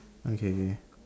okay K